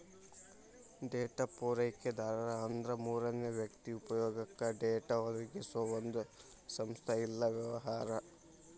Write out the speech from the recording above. data ಪೂರೈಕೆದಾರ ಅಂದ್ರ ಮೂರನೇ ವ್ಯಕ್ತಿ ಉಪಯೊಗಕ್ಕ ಡೇಟಾ ಒದಗಿಸೊ ಒಂದ್ ಸಂಸ್ಥಾ ಇಲ್ಲಾ ವ್ಯವಹಾರ